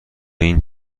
این